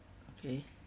okay